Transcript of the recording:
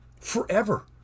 forever